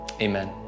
amen